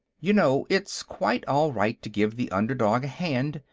you know, it's quite all right to give the underdog a hand,